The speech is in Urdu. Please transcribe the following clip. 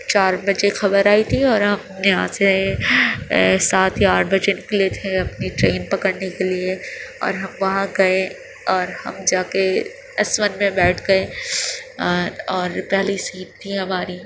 چار بجے خبر آئی تھی اور ہم یہاں سے سات یا آٹھ بجے نکلے تھے اپنی ٹرین پکڑنے کے لیے اور ہم وہاں گئے اور ہم جا کے ایس ون میں بیٹھ گئے اور پہلی سیٹ تھی ہماری